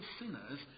sinners